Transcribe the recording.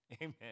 amen